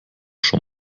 schon